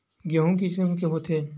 गेहूं के किसम के होथे?